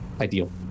ideal